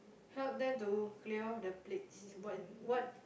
help them to clear off the plates but what